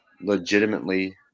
legitimately